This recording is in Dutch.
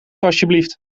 alsjeblieft